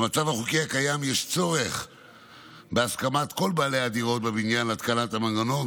במצב החוקי הקיים יש צורך בהסכמת כל בעלי הדירות בבניין להתקנת המנגנון.